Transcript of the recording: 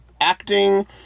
acting